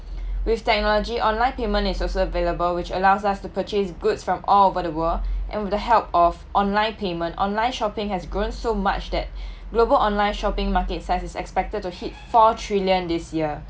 with technology online payment is also available which allows us to purchase goods from all over the world and with the help of online payment online shopping has grown so much that global online shopping market says is expected to hit four trillion this year